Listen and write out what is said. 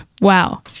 wow